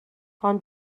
ond